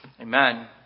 Amen